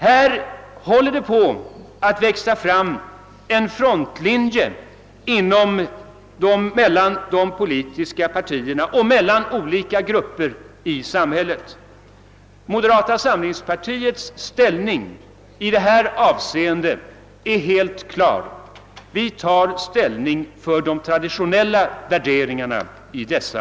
Här håller det på att växa fram en frontlinje mellan de politiska partierna och mellan olika grupper i samhället. Moderata samlingspartiets ställning i de här avseendena är helt klar: vi tar på dessa punkter klar ställning för de traditionella värderingarna.